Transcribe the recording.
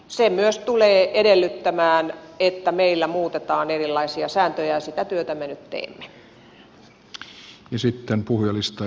se myös tulee edellyttämään että meillä muutetaan erilaisia sääntöjä ja sitä työtä me nyt teemme